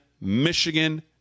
Michigan